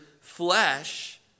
flesh